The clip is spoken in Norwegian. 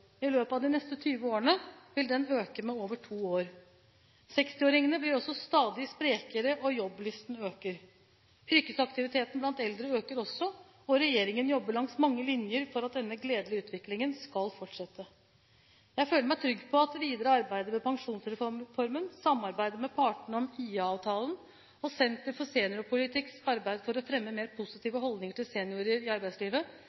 I løpet av de neste 20 årene vil den øke med over to år. 60-åringene blir også stadig sprekere, og jobblysten øker. Yrkesaktiviteten blant eldre øker også, og regjeringen jobber langs mange linjer for at denne gledelige utviklingen skal fortsette. Jeg føler meg trygg på at det videre arbeidet med pensjonsreformen, samarbeidet med partene om IA-avtalen og Senter for seniorpolitikks arbeid for å fremme mer positive holdninger til seniorer i arbeidslivet